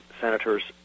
senators